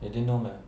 you didn't know meh